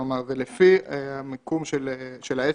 לפי המיקום של העסק.